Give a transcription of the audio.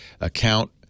account